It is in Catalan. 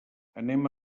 anem